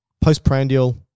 postprandial